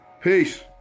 Peace